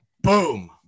Boom